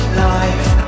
life